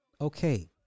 Okay